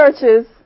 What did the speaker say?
churches